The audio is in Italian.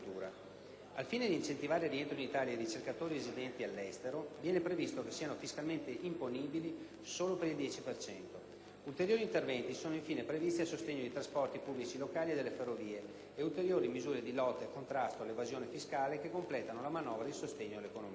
Al fine di incentivare il rientro in Italia di ricercatori residenti all'estero, viene previsto che siano fiscalmente imponibili solo per il 10 per cento. Ulteriori interventi sono infine previsti a sostegno dei trasporti pubblici locali e delle ferrovie, insieme ad ulteriori misure di lotta e contrasto all'evasione fiscale che completano la manovra di sostegno all'economia.